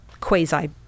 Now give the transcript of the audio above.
quasi